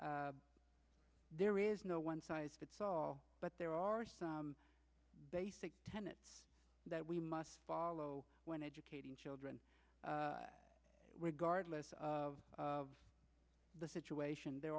there is no one size fits all but there are some basic tenets that we must follow when educating children regardless of the situation there